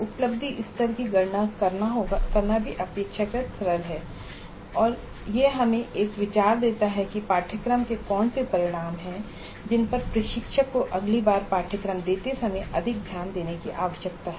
उपलब्धि स्तर की गणना करना भी अपेक्षाकृत सरल है और यह हमें एक विचार देता है कि पाठ्यक्रम के कौन से परिणाम हैं जिन पर प्रशिक्षक को अगली बार पाठ्यक्रम देते समय अधिक ध्यान देने की आवश्यकता है